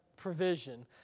provision